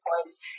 points